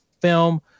film